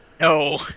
No